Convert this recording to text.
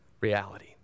reality